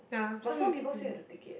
but some people still have to take it